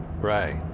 right